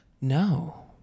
no